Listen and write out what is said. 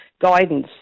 guidance